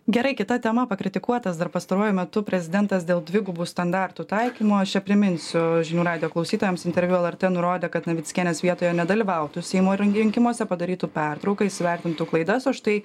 gerai kita tema pakritikuotas dar pastaruoju metu prezidentas dėl dvigubų standartų taikymo aš priminsiu žinių radijo klausytojams interviu lrt nurodė kad navickienės vietoje nedalyvautų seimo rinkimuose padarytų pertrauką įsivertintų klaidas o štai